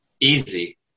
easy